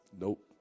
Nope